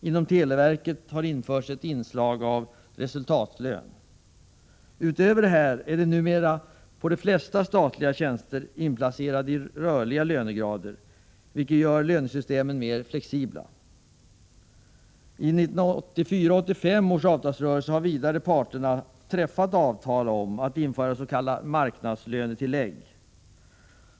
Inom televerket har införts inslag av resultatlön. Utöver detta är numera de flesta statliga tjänster inplacerade i rörliga lönegrader vilket gör lönesystemet mer flexibelt. I 1984-1985 års avtalsrörelse har vidare parterna träffat avtal om att införa s.k. marknadslönetillägg.